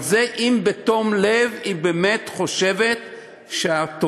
אבל זה אם בתום לב היא באמת חושבת שהתובע,